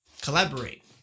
collaborate